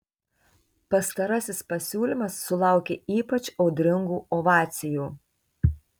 pastarasis pasiūlymas sulaukė ypač audringų ovacijų